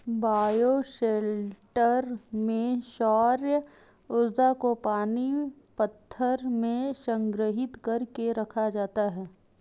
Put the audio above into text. bioshelter में सौर्य ऊर्जा को पानी पत्थर में संग्रहित कर के रखा जाता है